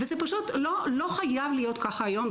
וזה פשוט לא חייב להיות ככה היום,